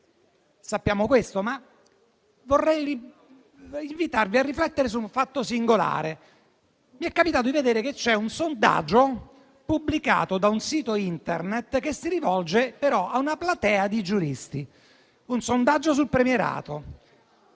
colleghi, ma vorrei invitarvi a riflettere su un fatto singolare. Mi è capitato di vedere un sondaggio pubblicato da un sito Internet, che si rivolge però a una platea di giuristi: è un sondaggio sul premierato.